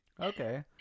okay